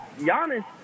Giannis